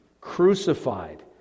crucified